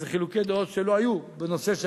איזה חילוקי דעות שלא היו בנושא,